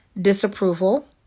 disapproval